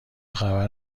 خبر